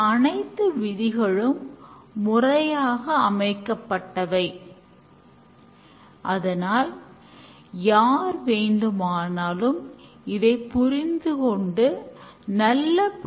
இந்த குழு உறுப்பினர்கள் சுயமாக ஒருங்கிணைந்து யார் எந்த வேலையை சிறப்பாக செய்வார்கள் என்று முடிவெடுக்கிறார்கள்